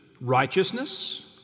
righteousness